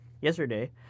yesterday